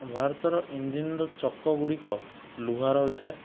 ଭାରତର ଇଞ୍ଜିନ୍ର ଚକ ଗୁଡ଼ିକ ଲୁହାର ହୋଇଥାଏ